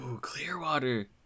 Clearwater